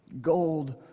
gold